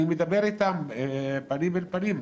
אני מדבר איתם פנים אל פנים,